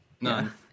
None